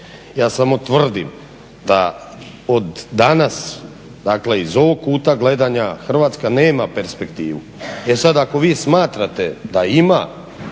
ja samo tvrdim da od danas, dakle iz ovog kuta gledanja Hrvatska nema perspektivu. E sad, ako vi smatrate da ima,